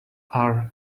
are